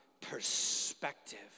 perspective